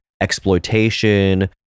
exploitation